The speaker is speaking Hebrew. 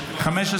להעביר